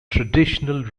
traditional